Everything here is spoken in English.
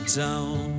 down